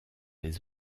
les